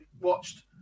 watched